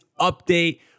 update